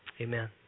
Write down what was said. Amen